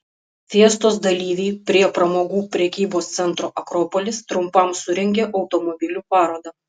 fiestos dalyviai prie pramogų prekybos centro akropolis trumpam surengė automobilių parodą